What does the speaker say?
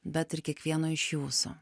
bet ir kiekvieno iš jūsų